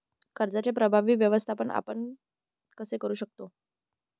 कर्जाचे प्रभावी व्यवस्थापन आपण कसे करु शकतो?